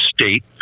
state